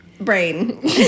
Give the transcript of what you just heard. brain